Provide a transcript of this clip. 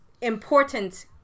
important